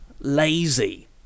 lazy